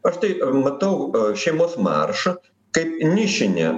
aš tai matau šeimos maršą kaip nišinį